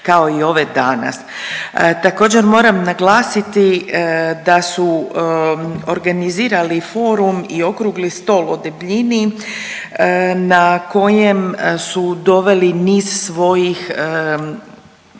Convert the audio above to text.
kao i ove danas. Također moram naglasiti da su organizirali forum i okrugli stol o debljini na kojem su doveli niz svojih